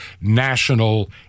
National